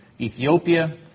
Ethiopia